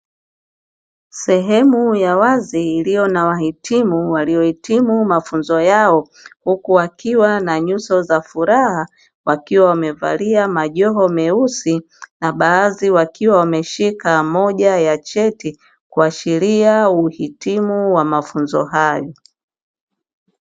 Sehemu ya wazi iliyo na wahitimu waliohitimu mafunzo yao, huku wakiwa na nyuso za furaha wakiwa wamevalia majoho meusi na baadhi wakiwa wameshika moja ya cheti kuashiria uhitimu wa mafunzo hayo.